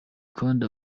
kandi